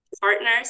partners